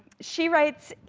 she writes,